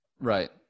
Right